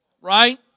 right